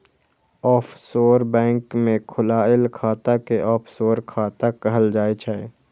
offshore bank मे खोलाएल खाता कें ऑफसोर खाता कहल जाइ छै